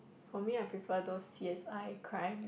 for me I prefer those c_s_i crime